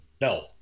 no